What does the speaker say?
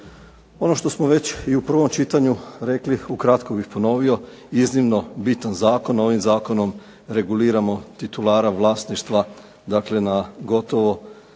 Ono što smo već i u prvom čitanju rekli ukratko bih ponovio, iznimno bitan zakon, ovim zakonom reguliramo titulara vlasništva, dakle na gotovo